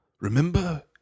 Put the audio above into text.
remember